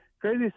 crazy